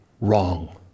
Wrong